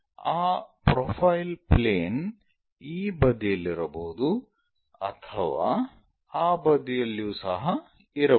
ಆ profile plane ಈ ಬದಿಯಲ್ಲಿರಬಹುದು ಅಥವಾ ಆ ಬದಿಯಲ್ಲಿಯೂ ಸಹ ಇರಬಹುದು